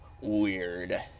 weird